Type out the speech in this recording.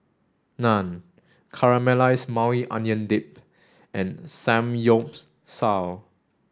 Naan Caramelized Maui Onion Dip and Samgyeopsal